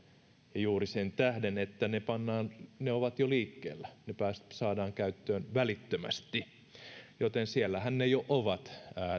juuri sen tähden että ne asfalttiautot ovat jo liikkeellä ne saadaan käyttöön välittömästi siellähän ne jo ovat